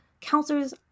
counselors